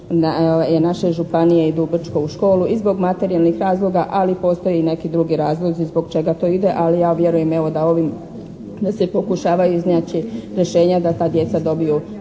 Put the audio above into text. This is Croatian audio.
naše županije idu u Brčko u školu i zbog materijalnih razloga, ali postoje i neki drugi razlozi zbog čega to ide, ali ja vjerujem evo da ovim se pokušava iznaći rješenja da ta djeca dobiju